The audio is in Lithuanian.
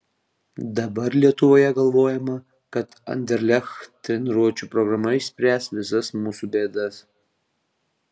dabar lietuvoje galvojama kad anderlecht treniruočių programa išspręs visas mūsų bėdas